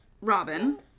Robin